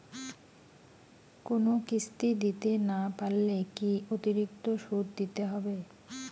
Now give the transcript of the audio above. কোনো কিস্তি দিতে না পারলে কি অতিরিক্ত সুদ দিতে হবে?